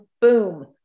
boom